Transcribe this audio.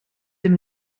hem